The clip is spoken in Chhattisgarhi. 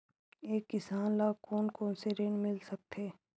एक किसान ल कोन कोन से ऋण मिल सकथे?